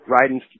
riding